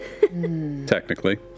technically